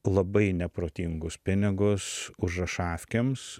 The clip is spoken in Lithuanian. labai neprotingus pinigus užrašafkėms